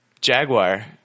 Jaguar